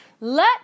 Let